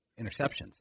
interceptions